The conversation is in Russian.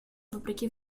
вопреки